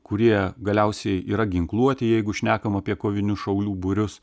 kurie galiausiai yra ginkluoti jeigu šnekam apie kovinius šaulių būrius